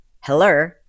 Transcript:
hello